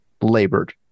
labored